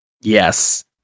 Yes